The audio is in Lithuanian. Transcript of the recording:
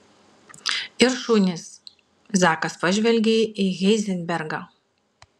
ir šunys zakas pažvelgė į heizenbergą